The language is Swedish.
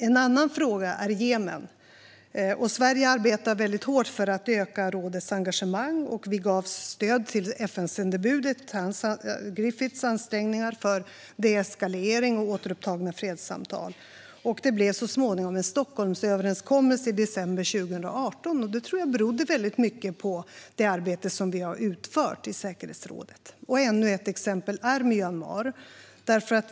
En annan fråga är Jemen. Sverige arbetar väldigt hårt för att öka rådets engagemang. Vi gav stöd till FN-sändebudet Griffiths ansträngningar för deeskalering och återupptagna fredssamtal. Det blev så småningom en Stockholmsöverenskommelse i december 2018. Jag tror att detta berodde väldigt mycket på det arbete som vi har utfört i säkerhetsrådet. Ännu ett exempel är Myanmar.